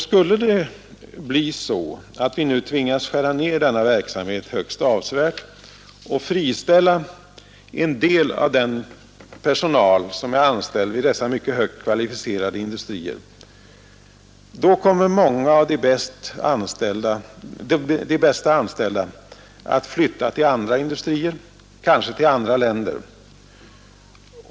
Skulle det bli så, att vi nu tvingas skära ned denna verksamhet högst avsevärt och friställa en del av den personal som är anställd vid dessa mycket högt kvalificerade industrier, kommer många av de bästa bland de anställda att flytta till andra industrier, kanske till Nr 91 andra länder.